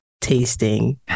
tasting